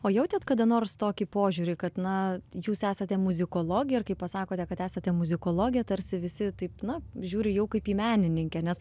o jautėte kada nors tokį požiūrį kad na jūs esate muzikologė ir kai pasakote kad esate muzikologė tarsi visi taip na žiūri jau kaip į menininkę nes